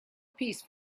piece